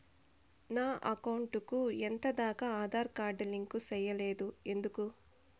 నా అకౌంట్ కు ఎంత దాకా ఆధార్ కార్డు లింకు సేయలేదు ఎందుకు